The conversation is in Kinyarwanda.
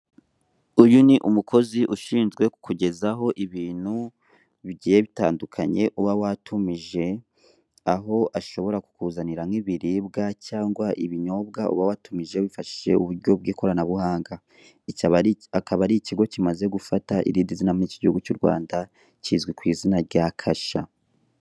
Uyu ni umukozi ushinzwe kukugezaho ibintu bigiye bitandukanye uba watumije, aho ashobora kukuzanira nk'ibiribwa cyangwa ibinyobwa uba watumije wifashishije uburyo bw'ikoranabuhanga, iki abari, akaba ari ikigo kimaze gufata irindi zina muri iki gihugu cy'u Rwanda, kizwi ku izina rya Kasha.